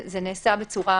כן.